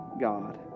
God